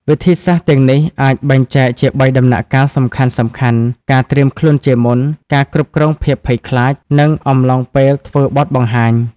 វិធីសាស្ត្រទាំងនេះអាចបែងចែកជាបីដំណាក់កាលសំខាន់ៗ ការត្រៀមខ្លួនជាមុន ការគ្រប់គ្រងភាពភ័យខ្លាច និងអំឡុងពេលធ្វើបទបង្ហាញ។